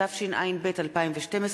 התשע"ב 2012,